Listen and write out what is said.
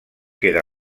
queda